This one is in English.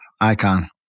icon